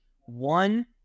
one